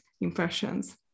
impressions